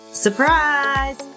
surprise